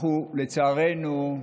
לצערנו,